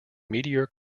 meteor